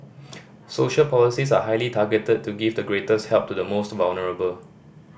social policies are highly targeted to give the greatest help to the most vulnerable